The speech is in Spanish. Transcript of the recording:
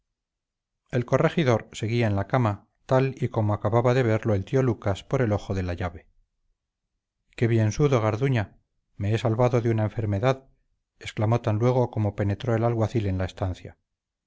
el corregidor seguía en la cama tal y como acababa de verlo el tío lucas por el ojo de la llave qué bien sudo garduña me he salvado de una enfermedad exclamó tan luego como penetró el alguacil en la estancia